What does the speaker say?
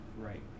Right